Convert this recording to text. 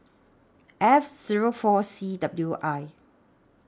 F Zero four C W I